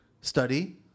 Study